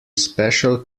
special